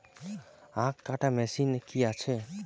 আখ কাটা মেশিন কি আছে?